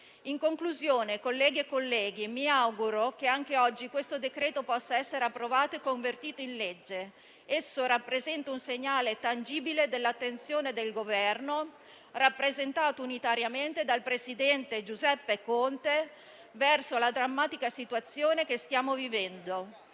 In conclusione, colleghe e colleghi, mi auguro che anche oggi il decreto-legge al nostro esame possa essere approvato e convertito in legge. Esso rappresenta un segnale tangibile dell'attenzione del Governo, rappresentato unitariamente dal presidente Giuseppe Conte, verso la drammatica situazione che stiamo vivendo.